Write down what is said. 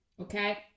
Okay